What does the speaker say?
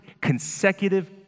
consecutive